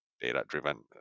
data-driven